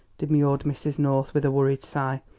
demurred mrs. north, with a worried sigh.